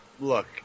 Look